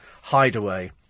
hideaway